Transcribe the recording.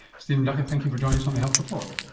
stephen duckett, thank you for joining us on the health report.